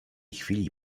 chwili